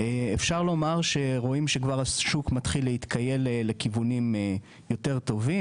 אפשר לומר שרואים שכבר השוק מתחיל בכיוונים יותר טובים,